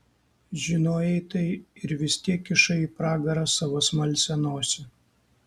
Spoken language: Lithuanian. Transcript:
žinojai tai ir vis tiek kišai į pragarą savo smalsią nosį